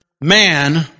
man